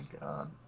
God